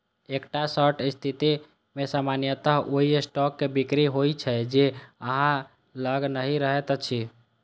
एकटा शॉर्ट स्थिति मे सामान्यतः ओइ स्टॉक के बिक्री होइ छै, जे अहां लग नहि रहैत अछि